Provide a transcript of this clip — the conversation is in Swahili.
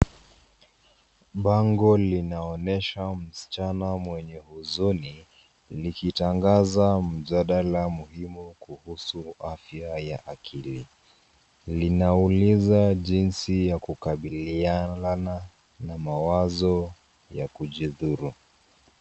Bango linaonyesha msichana mwenye huzuni likitangaza mjadala muhimu kuhusu afya ya akili. Linauliza jinsi ya kukabiliana na mawazo ya kujidhuru.